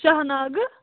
شاہ ناگہٕ